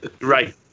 Right